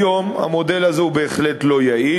היום המודל הזה הוא בהחלט לא יעיל.